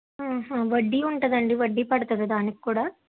ఆహా వడ్డీ ఉంటుందా అండి వడ్డీ పడుతుందా దానికి కూడా